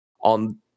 on